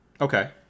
okay